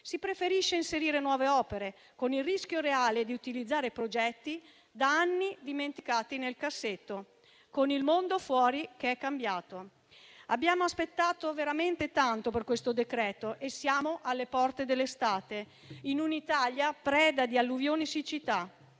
Si preferisce inserire nuove opere, con il rischio reale di utilizzare progetti da anni dimenticati nel cassetto e con il mondo fuori che è cambiato. Abbiamo aspettato veramente tanto per questo decreto e siamo alle porte dell'estate, in un'Italia preda di alluvioni e siccità.